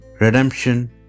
redemption